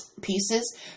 pieces